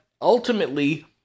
ultimately